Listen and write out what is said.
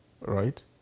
right